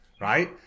right